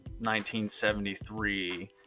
1973